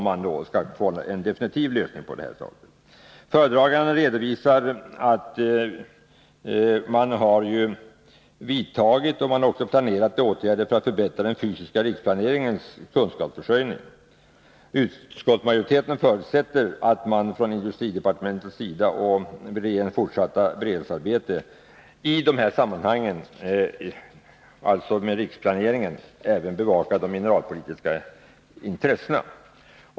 Föredragande statsrådet redovisar att man vidtagit och planerat åtgärder för att förbättra den fysiska riksplaneringens kunskapsförsörjning. Utskottsmajoriteten förutsätter att departementet i sitt fortsatta beredningsarbete med riksplaneringen även uppmärksammar de mineralpolitiska intressena.